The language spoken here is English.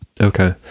Okay